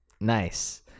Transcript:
Nice